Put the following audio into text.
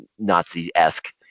nazi-esque